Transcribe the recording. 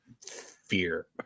fear